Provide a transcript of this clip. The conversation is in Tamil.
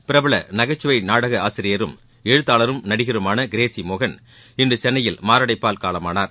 பிரபல நகைச்சுவை நாடக ஆசிரியரும் எழுத்தாளரும் நடிகருமான கிரேஸி மோகன் இன்று சென்னையில் மாரடைப்பால் காலமானார்